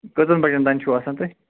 کٔژَن بَجَن تام چھُو آسان تُہۍ